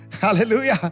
Hallelujah